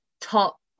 top